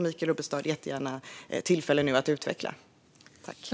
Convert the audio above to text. Michael Rubbestad får nu jättegärna utveckla detta.